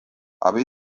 abi